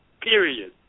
period